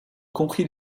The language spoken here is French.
compris